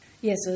Yes